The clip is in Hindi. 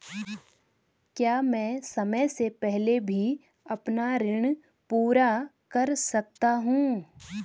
क्या मैं समय से पहले भी अपना ऋण पूरा कर सकता हूँ?